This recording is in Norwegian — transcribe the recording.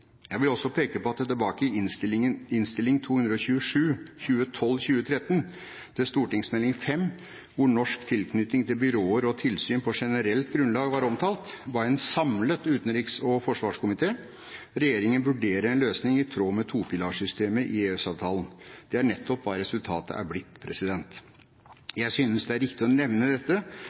Jeg vil også peke på at i Innst. 227 S for 2012–2013 til Meld. St. 5 for 2012–2013, hvor norsk tilknytning til byråer og tilsyn på generelt grunnlag var omtalt, ba en samlet utenriks- og forsvarskomité regjeringen vurdere en løsning i tråd med topilarsystemet i EØS-avtalen. Det er nettopp hva resultatet er blitt. Jeg synes det er riktig å nevne dette